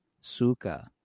Suka